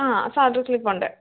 ആ സാലറി സ്ലിപ്പുണ്ട്